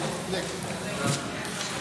שלך.